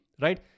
right